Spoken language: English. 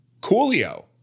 Coolio